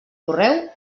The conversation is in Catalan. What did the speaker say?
correu